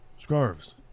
scarves